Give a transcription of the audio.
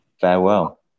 farewell